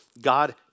God